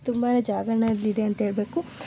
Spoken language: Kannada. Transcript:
ತುಂಬಾನೆ ಜಾಗರಣೆಯಲ್ಲಿದೆ ಅಂಥೇಳ್ಬೇಕು